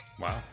Wow